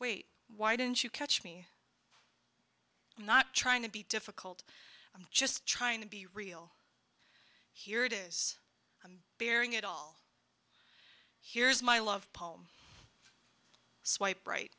wait why didn't you catch me i'm not trying to be difficult i'm just trying to be real here it is i'm baring it all here's my love palm swipe right